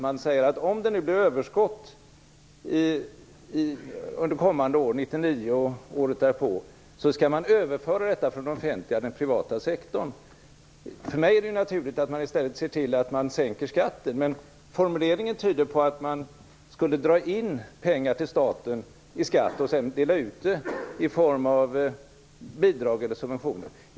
Man säger att om det nu blir överskott under kommande år, 1999 och året därpå, skall man överföra detta från den offentliga till den privata sektorn. För mig är det naturligt att man i stället ser till att sänka skatten, men formuleringen tyder på att man skall dra in pengar till staten i form av skatt och sedan dela ut det i form av bidrag eller subventioner.